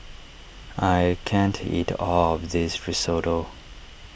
I can't eat all of this Risotto